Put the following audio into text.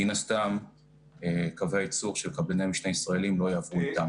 מן הסתם קווי הייצור של קבלני משנה ישראלים לא יעברו אתם.